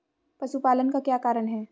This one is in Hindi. पशुपालन का क्या कारण है?